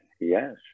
Yes